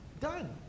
done